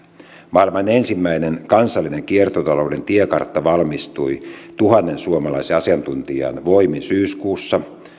maailman ensimmäinen kansallinen kiertotalouden tiekartta valmistui tuhannen suomalaisen asiantuntijan voimin syyskuussa